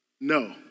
No